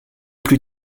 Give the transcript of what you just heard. plus